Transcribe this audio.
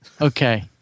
Okay